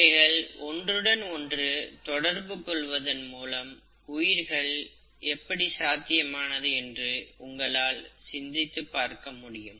இவைகள் ஒன்றுடன் ஒன்று தொடர்பு கொள்வதன் மூலம் உயிர்கள் எப்படி சாத்தியமானது என்று உங்களால் சிந்தித்து பார்க்க முடியும்